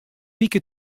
wike